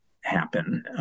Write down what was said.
happen